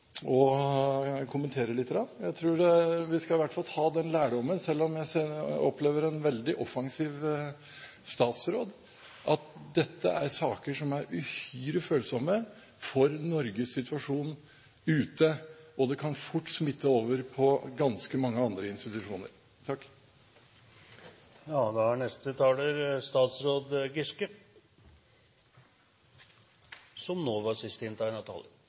det jeg hadde lyst til å kommentere. Vi skal i hvert fall ta denne lærdommen – selv om jeg opplever en veldig offensiv statsråd – at dette er saker som er uhyre følsomme for Norges situasjon ute, og det kan fort smitte over på ganske mange andre institusjoner. Først vil jeg bare si til foregående taler at det er feil at vi ikke visste om – som